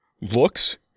Looks